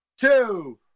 two